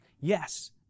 Yes